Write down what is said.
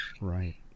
right